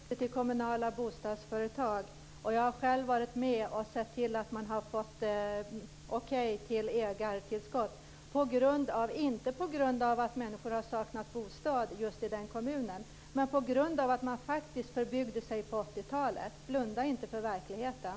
Herr talman! Jag har själv suttit i styrelsen för kommunala bostadsföretag. Jag har själv varit med och sett till att man har fått okej till ägartillskott, inte på grund av att människor har saknat bostad just i den kommunen, men på grund av att man faktiskt förbyggde sig på 80-talet. Blunda inte för verkligheten!